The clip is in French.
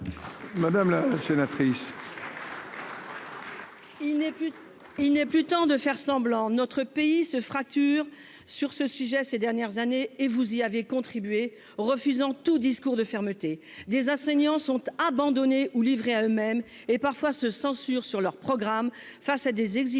Madame la sénatrice. Il n'est plus, il n'est plus temps de faire semblant, notre pays se fracture sur ce sujet ces dernières années et vous y avait contribué, refusant tout discours de fermeté des enseignants sont abandonnés ou livrés à eux-mêmes et parfois se censure sur leur programme, face à des exigences